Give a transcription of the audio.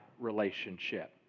relationship